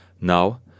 Now